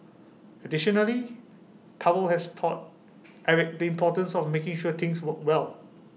additionally towel has taught Eric the importance of making sure things worked well